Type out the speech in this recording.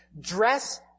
Dress